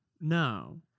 no